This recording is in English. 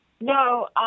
No